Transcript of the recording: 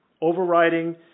Overriding